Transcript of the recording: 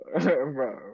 bro